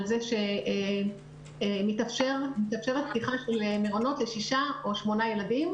על זה שתתאפשר פתיחה של מעונות ל -6 או 8 ילדים,